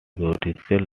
judicial